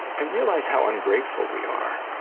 i realize how ungrateful we are.